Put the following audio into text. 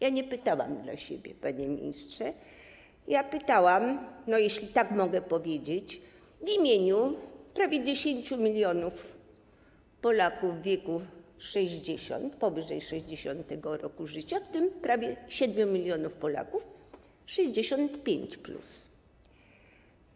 Ja nie pytałam dla siebie, panie ministrze, ja pytałam - jeśli tak mogę powiedzieć - w imieniu prawie 10 mln Polaków w wieku 60 lat, powyżej 60. roku życia, w tym prawie 7 mln Polaków w wieku 65+.